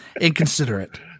inconsiderate